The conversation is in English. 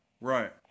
Right